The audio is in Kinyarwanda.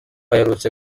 aherutse